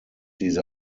diese